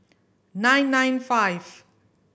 nine nine five